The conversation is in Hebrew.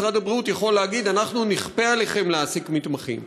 משרד הבריאות יכול להגיד: אנחנו נכפה עליכם להעסיק מתמחים.